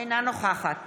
אינה נוכחת